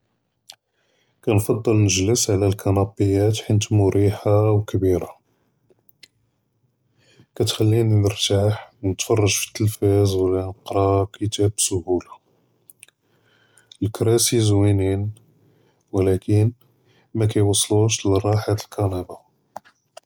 כַּאנְפַדֶּל נְגְלֶס עַל אֶלְכַּנַאבִּיַאת חִית מְרִיחִה וְכְבִּירָה, כַּתְחַלִינִי נְרְתַّاح וְנְתְפַרַּג פִּיתְלֶפַּאז וְלָא נְקְרָא כִּתּאב בְּסְהוּלָה, אֶלְכְּרָאסִי זְוִינִין וְלָקִין מַקְיוֹסְלוּש לֶלְרַاحַה דִּיַאל אֶלְכַּנַאבִּי.